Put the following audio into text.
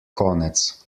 konec